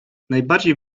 najbardziej